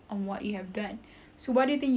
oo kifarah apa